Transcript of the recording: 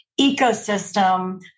ecosystem